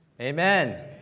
Amen